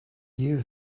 you